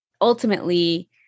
ultimately